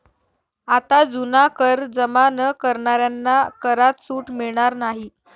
आता जुना कर जमा न करणाऱ्यांना करात सूट मिळणार नाही